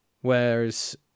Whereas